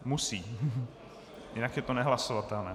Musí, jinak je to nehlasovatelné.